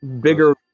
bigger